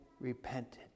repented